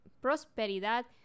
prosperidad